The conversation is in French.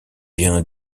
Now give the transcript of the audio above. vient